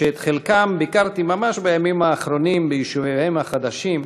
שאת חלקם ביקרתי ממש בימים האחרונים ביישוביהם החדשים,